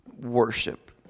Worship